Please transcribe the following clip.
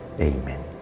Amen